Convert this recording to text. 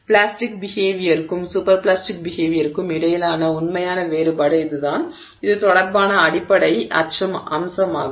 plastic பிஹேவியர்க்கும் super plastic பிஹேவியர்க்கும் இடையிலான உண்மையான வேறுபாடு இதுதான் இது தொடர்புடைய அடிப்படை அம்சமாகும்